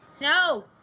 No